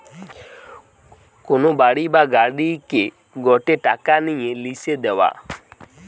কোন বাড়ি বা গাড়িকে গটে টাকা নিয়ে লিসে দেওয়া